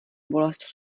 bolest